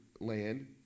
land